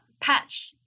patch